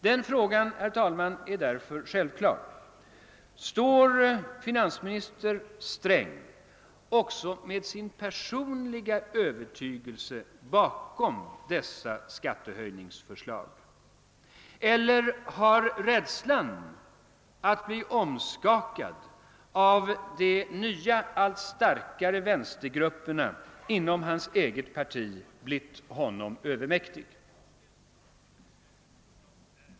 Det är därför helt naturligt, att man ställer frågan om finansminister Sträng också med sin personliga övertygelse står bakom de skattehöjningsförslag, som nu läggs fram, eller om rädslan att bli omskakad av de nya allt starkare vänstergrupperna inom hans eget parti blivit honom övermäktig.